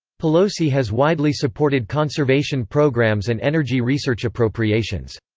pelosi has widely supported conservation programs and energy research appropriations.